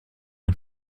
den